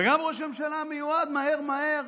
וגם ראש הממשלה המיועד, מהר מהר